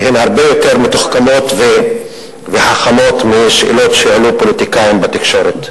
שהן הרבה יותר מתוחכמות וחכמות משאלות שהעלו פוליטיקאים בתקשורת.